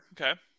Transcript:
Okay